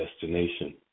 destination